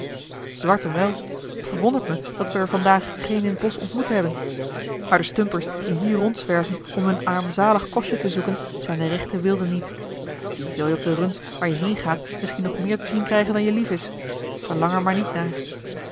zwarten wel t verwondert me dat we er vandaag geene in t bosch ontmoet hebben maar de stumpers die hier rondzwerven om hun armzalig kostje te zoeken zijn de rechte wilden niet die zul je op de runs waar je heen gaat misschien nog meer te zien krijgen dan je lief is verlang er maar niet naar